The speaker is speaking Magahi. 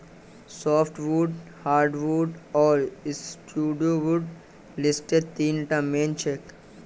सॉफ्टवुड हार्डवुड आर स्यूडोवुड लिस्टत तीनटा मेन छेक